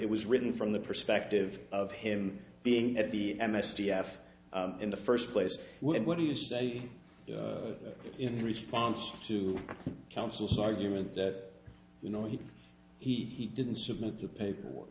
it was written from the perspective of him being at the m s d f in the first place what do you say in response to counsel's argument that you know he he didn't submit the paperwork